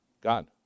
God